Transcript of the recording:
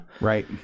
right